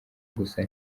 gusa